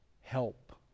Help